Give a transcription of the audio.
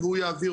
מטפלים ומטופלים.